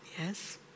yes